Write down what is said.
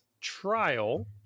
Trial